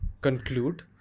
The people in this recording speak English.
conclude